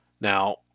Now